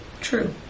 True